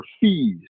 fees